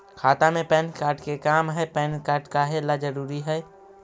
खाता में PAN card के का काम है पैन कार्ड काहे ला जरूरी है?